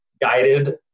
guided